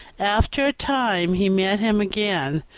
after a time he met him again,